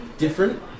Different